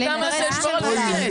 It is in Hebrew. אתה מנסה לשמור על ווינגיט.